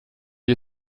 you